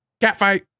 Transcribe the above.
Catfight